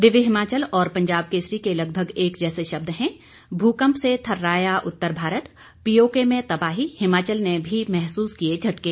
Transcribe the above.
दिव्य हिमाचल और पंजाब केसरी के लगभग एक जैसे शब्द हैं भूकंप से थर्राया उत्तर भारत पीओके में तबाही हिमाचल ने भी महसूस किए झटके